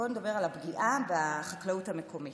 בואו נדבר על הפגיעה בחקלאות המקומית.